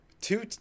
two